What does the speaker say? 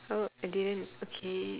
oh I didn't okay